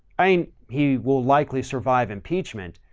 i mean he will likely survive impeachment,